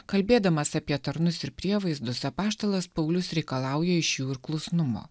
kalbėdamas apie tarnus ir prievaizdus apaštalas paulius reikalauja iš jų klusnumo